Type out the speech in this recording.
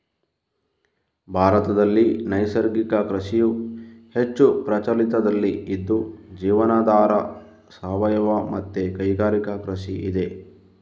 ಭಾರತದಲ್ಲಿ ನೈಸರ್ಗಿಕ ಕೃಷಿಯು ಹೆಚ್ಚು ಪ್ರಚಲಿತದಲ್ಲಿ ಇದ್ದು ಜೀವನಾಧಾರ, ಸಾವಯವ ಮತ್ತೆ ಕೈಗಾರಿಕಾ ಕೃಷಿ ಇದೆ